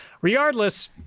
Regardless